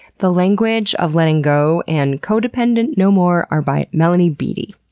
the language of letting go and codependent no more are by melanie beatty.